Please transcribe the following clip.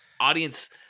audience